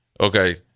Okay